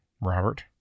Robert